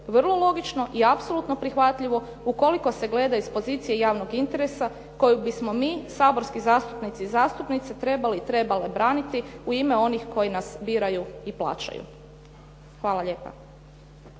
Vrlo logično i apsolutno prihvatljivo ukoliko se gleda sa pozicije javnog interesa koju bismo mi saborski zastupnici i zastupnice trebali i trebale braniti u ime onih koji nas biraju i plaćaju. Hvala lijepa.